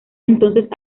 entonces